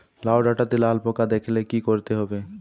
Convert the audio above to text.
লাউ ডাটাতে লাল পোকা দেখালে কি করতে হবে?